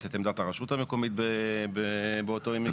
את עמדת הרשות המקומית באותו מקרה.